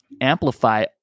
amplify